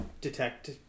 Detect